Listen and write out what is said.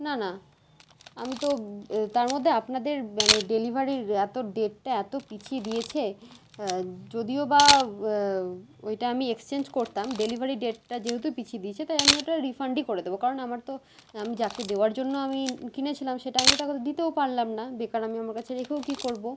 না না আমি তো তার মধ্যে আপনাদের মানে ডেলিভারির এতো ডেটটা এতো পিছিয়ে দিয়েছে যদিও বা ওইটা আমি এক্সচেঞ্জ করতাম ডেলিভারি ডেটটা যেহেতু পিছিয়ে দিয়েছে তাই আমি ওটা রিফান্ডই করে দেবো কারণ আমার তো আমি যাকে দেওয়ার জন্য আমি কিনেছিলাম সেটা আমি তো তাকে তো দিতেও পারলাম না বেকার আমি আমার কাছে রেখেও কী করবো